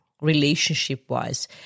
relationship-wise